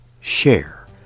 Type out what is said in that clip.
share